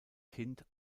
kind